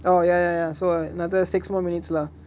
oh ya so another six more minutes lah